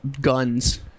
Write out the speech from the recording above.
guns